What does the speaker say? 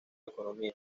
economía